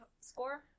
score